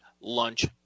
lunch